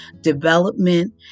development